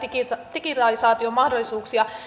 digitalisaation mahdollisuuksia